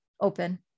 open